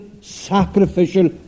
sacrificial